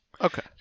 Okay